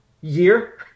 year